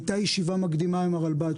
הייתה ישיבה מקדימה עם הרלב"ד,